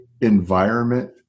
environment